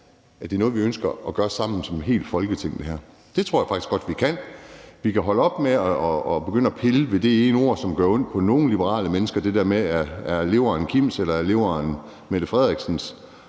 at det her er noget, vi ønsker at gøre sammen som et helt Folketing. Det tror jeg faktisk godt vi kan. Vi kan holde op med at begynde at pille ved det ene ord, som gør ondt på nogle liberale mennesker, altså det der med, om leveren er Kims, eller om leveren er Mette Frederiksens.